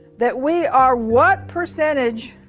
that we are what percentage